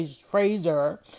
Fraser